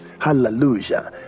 hallelujah